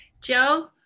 joe